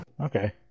okay